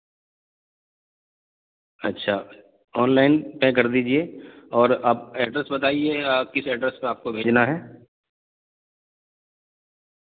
اچھا online pay کر دیجیے اور آپ ایڈریس بتائیے آپ کس ایڈریس پہ آپ کو بھیجنا ہے